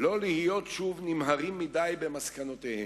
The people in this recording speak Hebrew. לא להיות שוב נמהרים מדי במסקנותיהם.